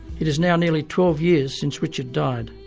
it is now nearly twelve years since richard died.